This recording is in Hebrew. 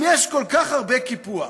אם יש כל כך הרבה קיפוח,